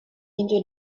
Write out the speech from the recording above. into